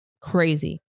crazy